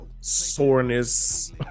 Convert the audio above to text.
soreness